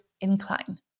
incline